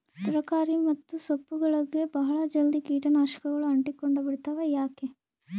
ತರಕಾರಿ ಮತ್ತು ಸೊಪ್ಪುಗಳಗೆ ಬಹಳ ಜಲ್ದಿ ಕೇಟ ನಾಶಕಗಳು ಅಂಟಿಕೊಂಡ ಬಿಡ್ತವಾ ಯಾಕೆ?